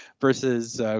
versus